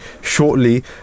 shortly